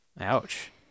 Ouch